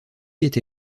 été